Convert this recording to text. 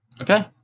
Okay